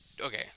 Okay